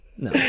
No